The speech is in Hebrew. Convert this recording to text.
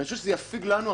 אני חושב שזה מכובד ובסדר.